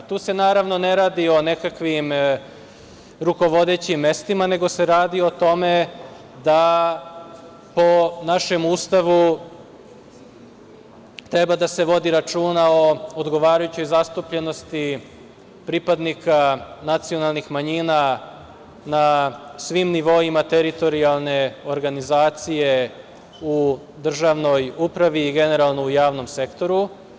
Tu se, naravno, ne radi o nekakvim rukovodećim mestima, nego se radi o tome da, po našem Ustavu, treba da se vodi računa o odgovarajućoj zastupljenosti pripadnika nacionalnih manjina na svim nivoima teritorijalne organizacije u državnoj upravi i generalno u javnom sektoru.